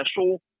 special